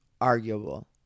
arguable